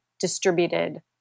distributed